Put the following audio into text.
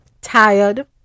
tired